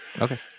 Okay